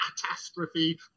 catastrophe